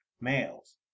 Males